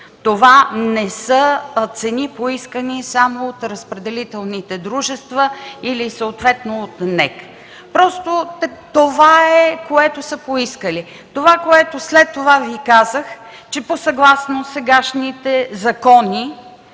Това не са цени, поискани само от разпределителните дружества или съответно от НЕК. Просто това е, което са поискали. След това Ви казах, че съгласно сегашните закони